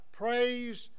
praise